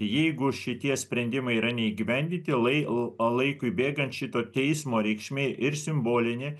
jeigu šitie sprendimai yra neįgyvendinti lai laikui bėgant šito teismo reikšmė ir simbolinė